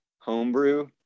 homebrew